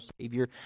Savior